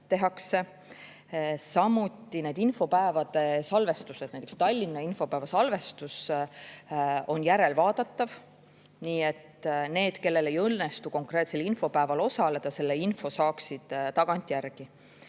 jagamiseks. Nende infopäevade salvestused, näiteks Tallinna infopäeva salvestus, on järelvaadatavad. Nii et need, kellel ei õnnestu konkreetsel infopäeval osaleda, saavad selle info tagantjärgi.